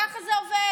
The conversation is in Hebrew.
ככה זה עובד.